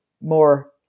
more